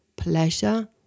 Pleasure